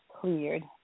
cleared